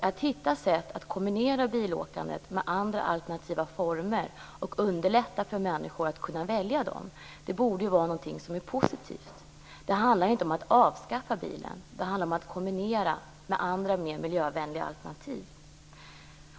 Att hitta ett sätt att kombinera bilåkandet med andra alternativa former och underlätta för människor att kunna välja dem borde vara någonting positivt. Det handlar inte om att avskaffa bilen. Det handlar om att kombinera den med andra, mer miljövänliga alternativ.